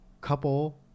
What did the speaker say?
couple